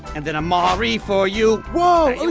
and an amari for you. woah,